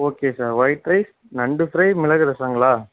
okay sir white rice நண்டு fry மிளகு ரசங்களா